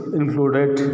included